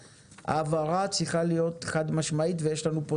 ההבהרה צריכה להיות חד משמעית ויש לנו פה